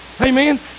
Amen